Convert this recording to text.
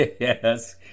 yes